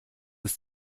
ist